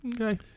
Okay